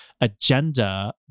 agenda